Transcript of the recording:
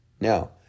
Now